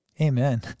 Amen